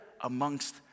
amongst